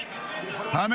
צריך להריח.